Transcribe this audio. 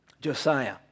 Josiah